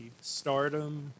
stardom